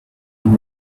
and